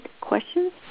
questions